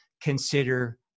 consider